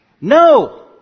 No